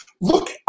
Look